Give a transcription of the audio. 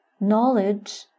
knowledge